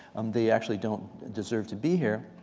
um they actually don't deserve to be here.